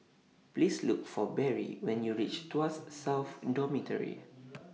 Please Look For Barry when YOU REACH Tuas South Dormitory